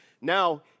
Now